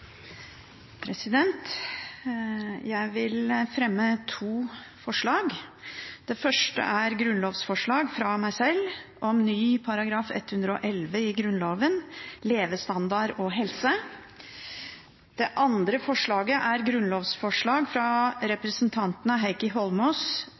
Jeg vil fremme to grunnlovsforslag. Det første er grunnlovsforslag fra meg selv om ny § 111, levestandard og helse. Det andre er grunnlovsforslag fra